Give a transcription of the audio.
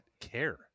care